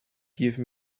give